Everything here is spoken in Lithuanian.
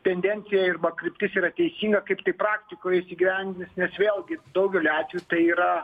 tendencija arba kryptis yra teisinga kaip tai praktikoje įsigyvendins nes vėlgi daugeliu atvejų tai yra